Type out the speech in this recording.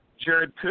Jared